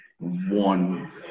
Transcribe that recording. one